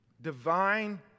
Divine